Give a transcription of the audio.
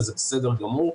וזה בסדר גמור,